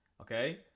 okay